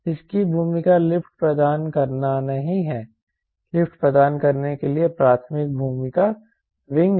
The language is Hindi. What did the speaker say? इसकी भूमिका लिफ्ट प्रदान करना नहीं है लिफ्ट प्रदान करने के लिए प्राथमिक भूमिका विंग है